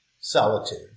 solitude